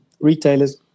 retailers